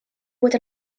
bod